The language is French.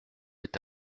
est